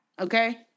okay